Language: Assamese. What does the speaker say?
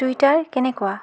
টুইটাৰ কেনেকুৱা